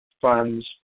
funds